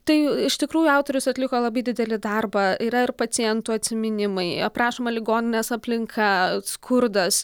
tai iš tikrųjų autorius atliko labai didelį darbą yra ir pacientų atsiminimai aprašoma ligoninės aplinka skurdas